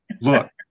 Look